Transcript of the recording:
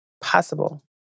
possible